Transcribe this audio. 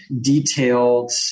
detailed